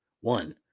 One